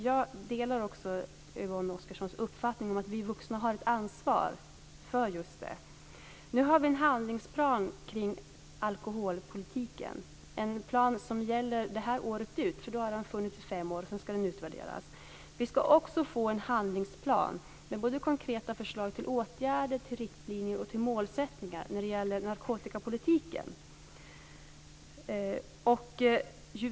Jag delar också Yvonne Oscarssons uppfattning om att vi vuxna har ett ansvar för det här. Vi har en handlingsplan kring alkoholpolitiken som gäller det här året ut. Då har den funnits i fem år och ska utvärderas. Vi ska också få en handlingsplan med konkreta förslag till åtgärder, riktlinjer och målsättningar när det gäller narkotikapolitiken.